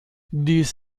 dies